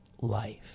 life